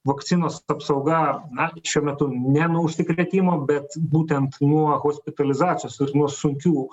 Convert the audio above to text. vakcinos apsauga na šiuo metu ne nuo užsikrėtimo bet būtent nuo hospitalizacijos ir nuo sunkių